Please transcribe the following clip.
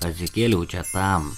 atsikėliau čia tam